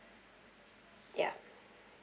ya